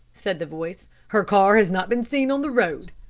said the voice. her car has not been seen on the road.